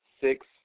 six